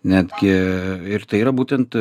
netgi ir tai yra būtent